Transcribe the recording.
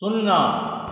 शुन्ना